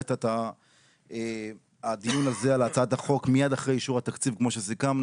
הבאת את הדיון הזה על הצעת החוק מייד אחרי אישור התקציב כמו שסיכמנו.